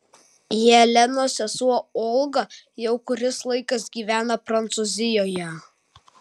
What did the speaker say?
jelenos sesuo olga jau kuris laikas gyvena prancūzijoje